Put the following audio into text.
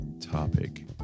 topic